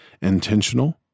intentional